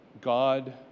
God